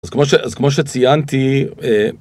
אז כמו אז כמו שציינתי.